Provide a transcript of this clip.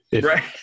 Right